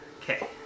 Okay